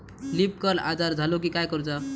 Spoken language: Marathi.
लीफ कर्ल आजार झालो की काय करूच?